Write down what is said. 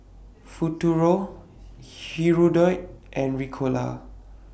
Futuro Hirudoid and Ricola